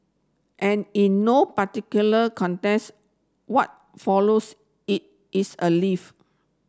and in no particular context what follows it is a leaf